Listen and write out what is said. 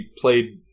played